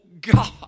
God